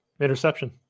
Interception